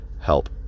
help